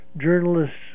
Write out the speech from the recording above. journalists